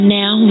now